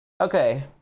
Okay